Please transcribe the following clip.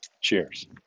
Cheers